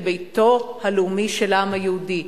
לביתו הלאומי של העם היהודי.